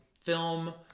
film